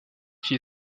qui